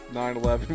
9-11